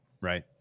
right